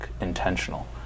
intentional